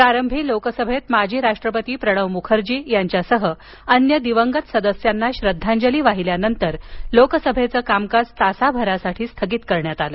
प्रारंभी लोकसभेत माजी राष्ट्रपती प्रणव मुखर्जी यांच्यासह अन्य दिवंगत सदस्यांना श्रद्धांजली वाहिल्यानंतर लोकसभेच कामकाज तासाभरासाठी स्थगित करण्यात आल